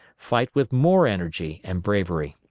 fight with more energy and bravery.